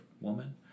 woman